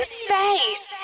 space